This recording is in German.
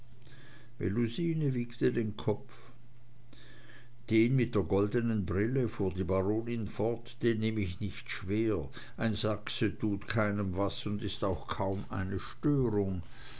wiegte den kopf den mit der goldenen brille fuhr die baronin fort den nehm ich nicht schwer ein sachse tut keinem was und ist auch kaum eine störung